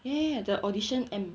ya ya the audition M